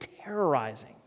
terrorizing